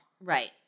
Right